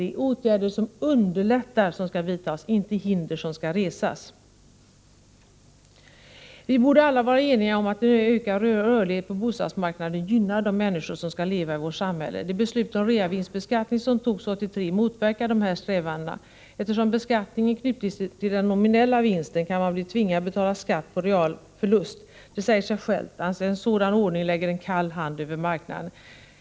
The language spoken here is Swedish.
Det är åtgärder som underlättar som bör vidtas, inte sådant som hindrar. Vi borde alla vara eniga om att en ökad rörlighet på bostadsmarknaden gynnar de människor som skall leva i vårt samhälle. Det beslut om reavinstbeskattning som togs 1983 motverkar dessa strävanden. Eftersom beskattningen knutits till den nominella vinsten, kan man bli tvingad att betala skatt på en real förlust. Det säger sig självt att en sådan ordning lägger en kall hand över marknaden.